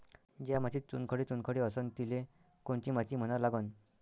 ज्या मातीत चुनखडे चुनखडे असन तिले कोनची माती म्हना लागन?